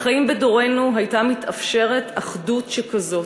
אך האם בדורנו הייתה מתאפשרות אחדות שכזאת?